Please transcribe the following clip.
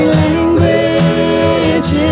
language